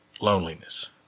loneliness